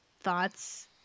thoughts